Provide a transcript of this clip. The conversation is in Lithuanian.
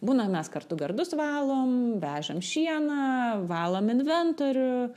būna mes kartu gardus valom vežam šieną valom inventorių